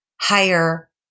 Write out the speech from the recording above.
higher